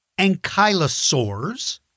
ankylosaurs